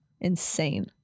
insane